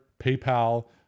PayPal